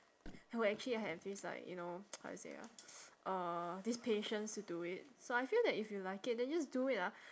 who actually have this like you know how to say ah uh this patience to do it so I feel that if you like it then just do it ah